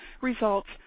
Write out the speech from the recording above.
results